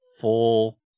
full